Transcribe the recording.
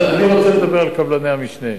אני רוצה לדבר על קבלני המשנה.